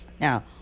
Now